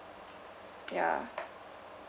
ya